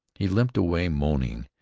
he limped away moaning,